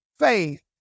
Faith